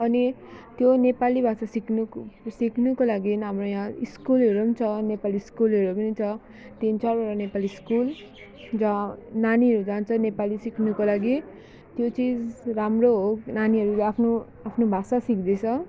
अनि त्यो नेपाली भाषा सिक्नुको सिक्नुको लागि हाम्रो यहाँ स्कुलहरू पनि छ नेपाली स्कुलहरू पनि छ तिन चारवटा नेपाली स्कुल गा नानीहरू जान्छ नेपाली सिक्नुको लागि त्यो चिज राम्रो हो नानीहरूले आफ्नो आफ्नो भाषा सिक्दैछ